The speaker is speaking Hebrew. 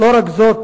לא רק זאת,